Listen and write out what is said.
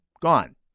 Gone